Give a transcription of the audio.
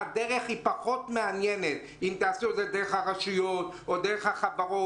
הדרך פחות מעניינת אם תעשו את זה דרך הרשויות או דרך החברות